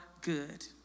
good